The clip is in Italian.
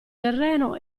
terreno